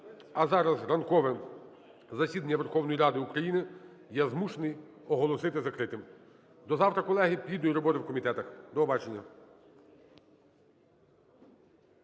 А зараз ранкове засідання Верховної Ради України я змушений оголосити закритим. До завтра, колеги. Плідної роботи в комітетах. До побачення.